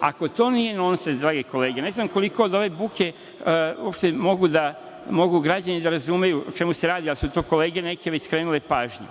Ako to nije nonsens, drage kolege, ne znam koliko od ove buke uopšte mogu građani da razumeju o čemu se radi, jer su na to neke kolege već skrenule pažnju.